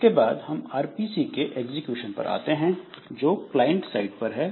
इसके बाद हम आरपीसी के एग्जीक्यूशन पर आते हैं जो क्लाइंट साइड पर है